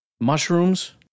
Mushrooms